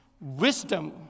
wisdom